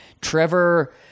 Trevor